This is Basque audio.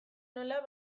nola